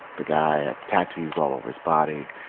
the guy had tattoos all over his body.